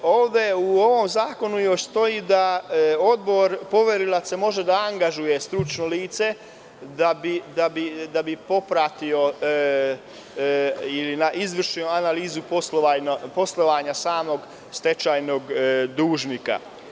U ovom zakonu još stoji da odbor poverilaca može da angažuje stručno lice da bi propratio ili izvršio analizu poslovanja samog stečajnog dužnika.